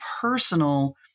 personal